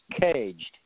Caged